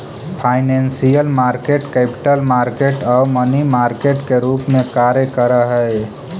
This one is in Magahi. फाइनेंशियल मार्केट कैपिटल मार्केट आउ मनी मार्केट के रूप में कार्य करऽ हइ